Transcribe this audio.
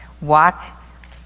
walk